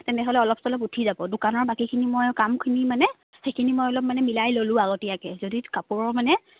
তেনেহ'লে অলপ চলপ উঠি যাব দোকানৰ বাকীখিনি মই কামখিনি মানে সেইখিনি মই অলপ মানে মিলাই ল'লোঁ আগতীয়াকৈ যদি কাপোৰৰ মানে